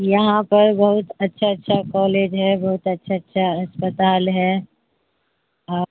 یہاں پر بہت اچھا اچھا کالج ہے بہت اچھا اچھا اسپتال ہے اور